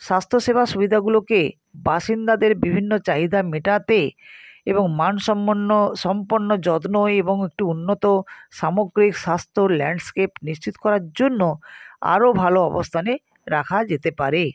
স্বাস্থ্যসেবা সুবিধাগুলোকে বাসিন্দাদের বিভিন্ন চাহিদা মেটাতে এবং মান সম্মন্ন সম্পন্ন যত্ন এবং একটু উন্নত সামগ্রিক স্বাস্থ্য ল্যান্ডস্কেপ নিশ্চিত করার জন্য আরও ভালো অবস্থানে রাখা যেতে পারে